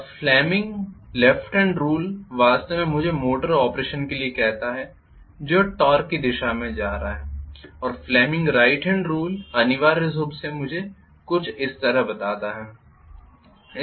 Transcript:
अब Fleming left hand rule वास्तव में मुझे मोटर ऑपरेशन के लिए कहता है जो टॉर्क की दिशा में जा रहा है और फ्लेमिंग राइट हॅंड रूल अनिवार्य रूप से मुझे कुछ इस तरह बताता है